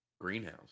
greenhouse